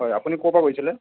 হয় আপুনি ক'ৰ পা কৈছিলে